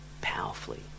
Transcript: powerfully